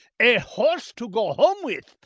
a horse to go home with!